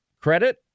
credit